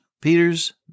peter's